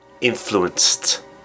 influenced